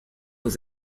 aux